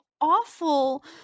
awful